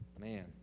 Man